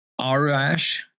Arash